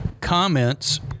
comments